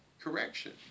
correction